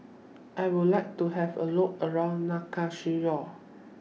I Would like to Have A Look around Nouakchott